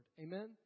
Amen